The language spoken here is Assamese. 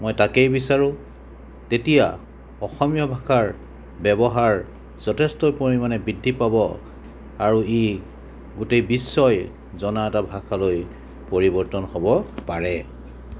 মই তাকেই বিচাৰোঁ এতিয়া অসমীয়া ভাষাৰ ব্যৱহাৰ যথেষ্ট পৰিমানে বৃদ্ধি পাব আৰু ই গোটেই বিশ্বই জনা এটা ভাষালৈ পৰিৱৰ্তন হ'ব পাৰে